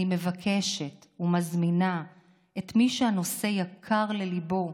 אני מבקשת ומזמינה את מי שהנושא יקר לליבו,